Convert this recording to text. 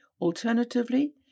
Alternatively